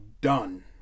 done